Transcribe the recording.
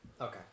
okay